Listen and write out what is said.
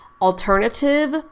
alternative